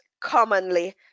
commonly